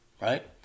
right